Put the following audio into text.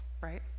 right